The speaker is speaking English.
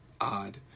odd